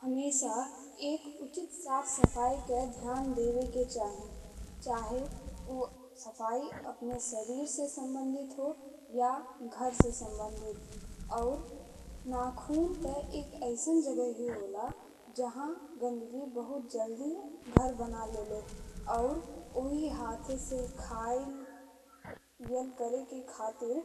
हमेशा एक उचित साफ सफाई के ध्यान देवक चाही। चाहे ऊ सफाई अपने शरीर से संबंधित हो या घर से संबंधित। और नखून ते एक अइसन जगहि होला जहा गंदगी बहुत जल्दी घर बना लेले और ओही हाथ से खईल पियल करेक खातिर